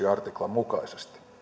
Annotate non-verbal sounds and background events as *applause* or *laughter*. *unintelligible* artiklan mukaisesti